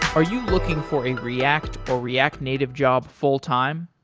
are you looking for a react or react native job full time?